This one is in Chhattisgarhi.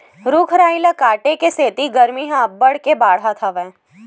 रूख राई ल काटे के सेती गरमी ह अब्बड़ के बाड़हत हे